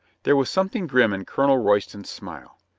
there was something grim in colonel royston's smile.